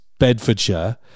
Bedfordshire